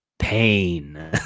pain